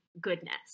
goodness